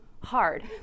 hard